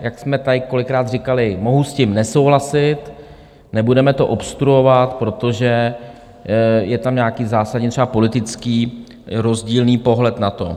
Jak jsme tady kolikrát říkali, mohu s tím nesouhlasit, nebudeme to obstruovat, protože je tam nějaký zásadní třeba politický rozdílný pohled na to.